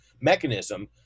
mechanism